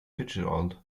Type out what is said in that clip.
fitzgerald